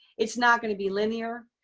it's not going to be linear.